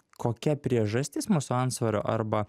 kokia priežastis mūsų antsvorio arba